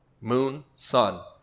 moon-sun